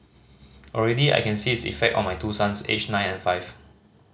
already I can see its effect on my two sons aged nine and five